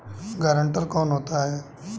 Guarantor कौन होता है?